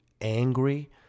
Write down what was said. angry